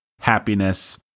happiness